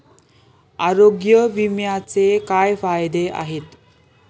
आरोग्य विम्याचे काय फायदे आहेत?